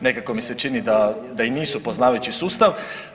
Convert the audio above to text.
Nekako mi se čini da i nisu poznavajući sustav.